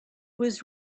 was